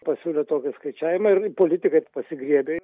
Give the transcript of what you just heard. pasiūlė tokį skaičiavimą ir politikai pasigriebė